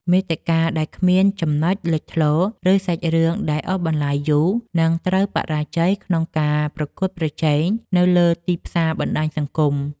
មាតិកាដែលគ្មានចំណុចលេចធ្លោ ឬសាច់រឿងដែលអូសបន្លាយយូរ នឹងត្រូវបរាជ័យក្នុងការប្រកួតប្រជែងនៅលើទីផ្សារបណ្ដាញសង្គម។